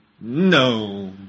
No